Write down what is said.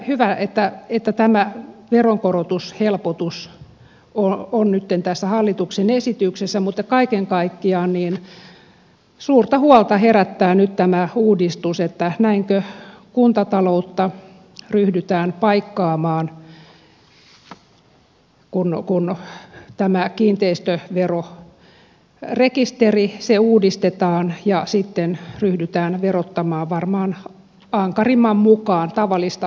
hyvä että tämä veronkorotushelpotus on nyt tässä hallituksen esityksessä mutta kaiken kaikkiaan suurta huolta herättää nyt tämä uudistus että näinkö kuntataloutta ryhdytään paikkaamaan kun tämä kiinteistöverorekisteri uudistetaan ja sitten ryhdytään verottamaan varmaan ankarimman mukaan tavallista asumista